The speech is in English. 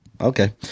Okay